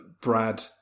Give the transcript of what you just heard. ...Brad